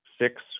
six